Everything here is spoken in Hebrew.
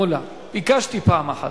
מולה, ביקשתי פעם אחת.